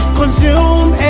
consume